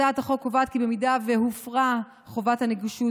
הצעת החוק קובעת כי אם הופרה חובת הנגישות,